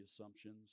assumptions